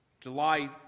July